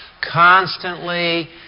constantly